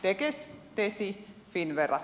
tekes tesi finnvera